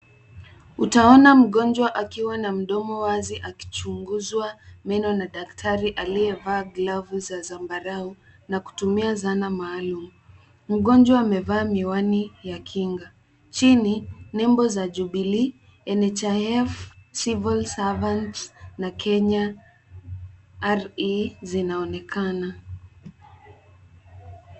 Utaona mgonjwa akiwa na mdomo wazi akichunguzwa meno na daktari aliyevaa glavu za zambarau na kutumia zana maalum. Mgonjwa amevaa miwani ya kinga. Chini nembo za Jubilee, NHIF Civil Servants na Kenya Re zinaonekana.